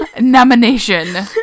Nomination